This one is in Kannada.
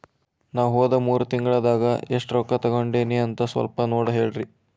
ನಾ ಹೋದ ಮೂರು ತಿಂಗಳದಾಗ ಎಷ್ಟು ರೊಕ್ಕಾ ತಕ್ಕೊಂಡೇನಿ ಅಂತ ಸಲ್ಪ ನೋಡ ಹೇಳ್ರಿ